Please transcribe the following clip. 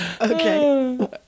Okay